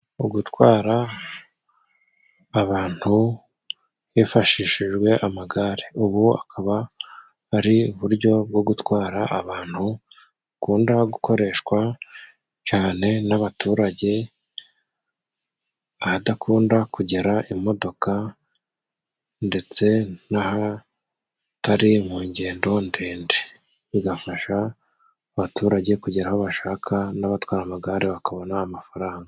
Mu gutwara abantu hifashishijwe amagare. Ubu akaba ari uburyo bwo gutwara abantu bukunda gukoreshwa cane n'abaturage ahadakunda kugera imodoka ndetse n'ahatari mu ngendo ndende. Bigafasha abaturage kugera aho bashaka, n'abatwara amagare bakabona amafaranga.